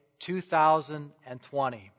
2020